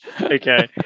Okay